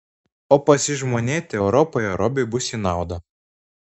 o pasižmonėti europoje robiui bus į naudą